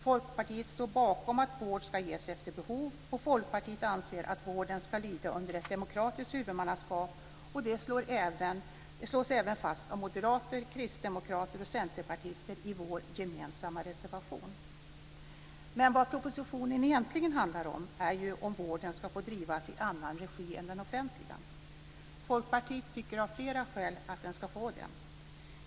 Folkpartiet står bakom att vård ska ges efter behov, och Folkpartiet anser att vården ska lyda under ett demokratiskt huvudmannaskap. Det slås även fast av moderater, kristdemokrater och centerpartister i vår gemensamma reservation. Vad propositionen egentligen handlar om är ju om vården ska få drivas i annan regi än den offentliga. Folkpartiet tycker av flera skäl att den ska få det.